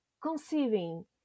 conceiving